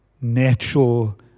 natural